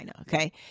Okay